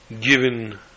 given